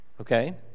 Okay